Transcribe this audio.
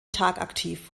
tagaktiv